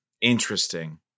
Interesting